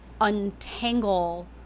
untangle